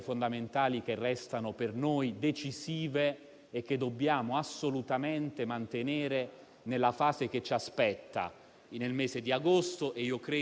per continuare con prudenza un percorso di riapertura che io ritengo assolutamente indispensabile. L'ultima ordinanza